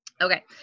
okay